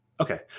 Okay